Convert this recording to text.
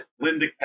Linda